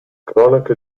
cronache